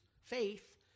faith